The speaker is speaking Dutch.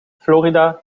florida